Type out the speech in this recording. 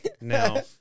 No